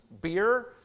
Beer